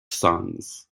songs